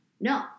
No